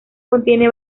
contiene